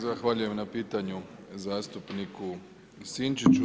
Zahvaljujem na pitanju zastupniku Sinčiću.